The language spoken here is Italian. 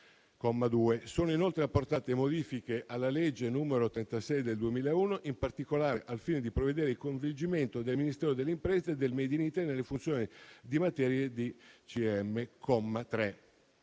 Sono inoltre apportate modifiche alla legge n. 36 del 2001, in particolare al fine di prevedere il coinvolgimento del Ministero delle imprese e del *made in Italy* nelle funzioni in materia di